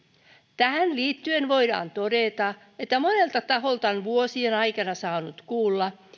tähän liittyen voidaan todeta että monelta taholta on vuosien aikana saanut kuulla